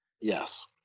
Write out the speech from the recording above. Yes